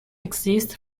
exist